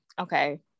okay